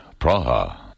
Praha